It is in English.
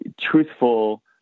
truthful